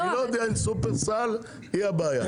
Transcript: אני לא יודע אם שופרסל היא הבעיה,